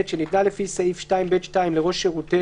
(ב) שניתנה לפי סעיף 2(ב)(2) לראש שירותי